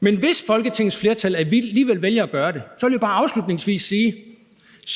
Men hvis Folketingets flertal alligevel vælger at gøre det, vil jeg bare afslutningsvis sige,